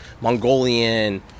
mongolian